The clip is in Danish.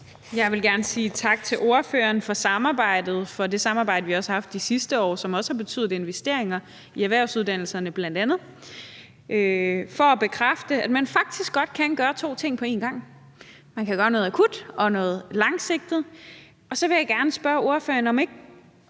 Jeg vil gerne sige tak til ordføreren for samarbejdet og for det samarbejde, vi også har haft de sidste år, som bl.a. har betydet investeringer i erhvervsuddannelserne – og for at bekræfte, at man faktisk godt kan gøre to ting på en gang. Man kan gøre noget akut og noget langsigtet. Så vil jeg gerne spørge ordføreren, om ikke